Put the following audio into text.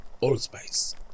allspice